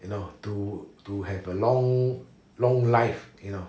you know to to have a long long life you know